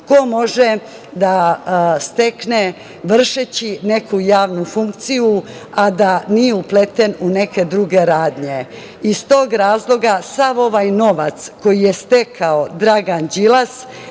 ko može da stekne vršeći neku javnu funkciju, a da nije upleten u neke druge radnje? Iz tog razloga sav ovaj novac koji je stekao Dragan Đilas